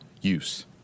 use